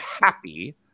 happy